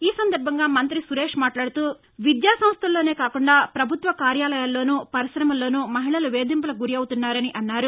ఈ సందర్బంగా మంతి సురేష్ మాట్లాడుతూ విద్యా సంస్లల్లోనే కాకుండా ప్రభుత్వ కార్యాలయాల్లోను పరిశమల్లోను మహిళలు వేధింపులకు గురవుతున్నారని అన్నారు